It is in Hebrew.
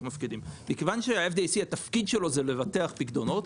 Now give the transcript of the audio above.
מפקידים: מכיוון שהתפקיד של ה-FDIC הוא לבטח פקדונות,